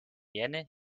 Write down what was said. gerne